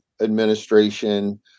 Administration